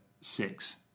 six